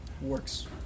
works